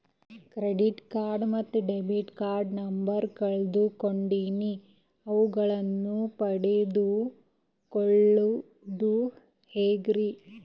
Credit card ಮತ್ತು debit card number ಕಳೆದುಕೊಂಡಿನ್ರಿ ಅವುಗಳನ್ನ ಪಡೆದು ಕೊಳ್ಳೋದು ಹೇಗ್ರಿ?